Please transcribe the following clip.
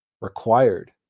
required